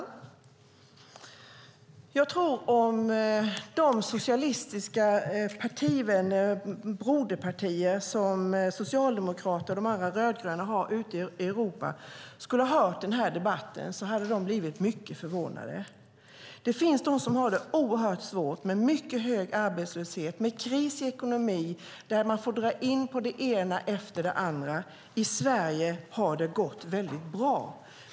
Herr talman! Om de socialistiska partivänner och broderpartier som Socialdemokraterna och de andra rödgröna har ute i Europa hade hört denna debatt tror jag att de hade blivit mycket förvånade. Det finns de som har det oerhört svårt med mycket hög arbetslöshet och kris i ekonomin där man får dra in på det ena efter det andra. I Sverige har det gått väldigt bra.